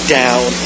down